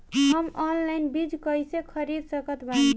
हम ऑनलाइन बीज कइसे खरीद सकत बानी?